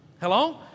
Hello